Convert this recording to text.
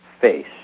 face